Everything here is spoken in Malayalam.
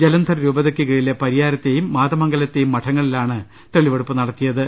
ജലന്ധർ രൂപതയ്ക്ക് കീഴിലെ പ്രിയാരത്തെയും മാതമംഗല ത്തെയും മഠങ്ങളിലാണ് തെളിവെടുപ്പ് നടത്തിയത്